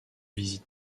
visite